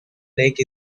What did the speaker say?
lake